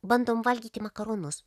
bandom valgyti makaronus